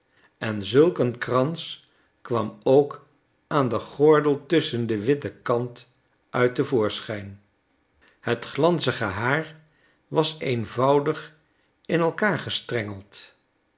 en zulk een krans kwam ook aan den gordel tusschen de witte kant uit te voorschijn het glanzige haar was eenvoudig in elkander gestrengeld